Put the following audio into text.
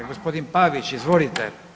Gospodine Pavić, izvolite.